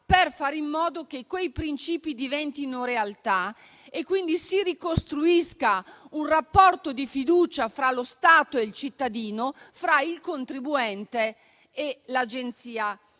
per fare in modo che quei principi diventino realtà e quindi si ricostruisca un rapporto di fiducia tra lo Stato e il cittadino, tra il contribuente e l'Agenzia